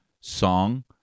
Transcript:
song